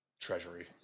Treasury